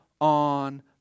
on